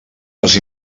les